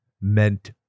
meant